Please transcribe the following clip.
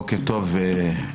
בוקר טוב לכולם.